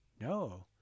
no